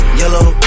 yellow